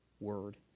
word